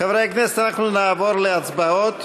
חברי הכנסת, אנחנו נעבור להצבעות.